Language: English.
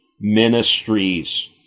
ministries